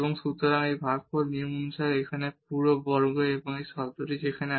সুতরাং এখানে পুরো বর্গ পদ ভাগফল হবে